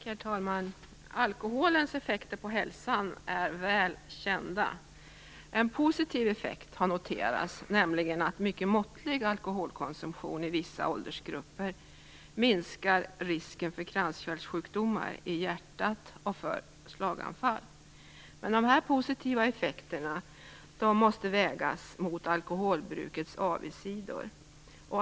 Herr talman! Alkoholens effekter på hälsan är väl kända. En positiv effekt har noterats, nämligen att en mycket måttlig alkoholkonsumtion i vissa åldersgrupper minskar risken för kranskärlssjukdomar i hjärtat och för slaganfall. Dessa positiva effekter måste dock vägas mot alkoholbrukets avigsidor.